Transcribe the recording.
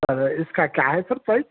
اور اس کا کیا ہے سر پرائز